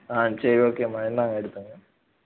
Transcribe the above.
ஆ சரி ஓகேமா என்ன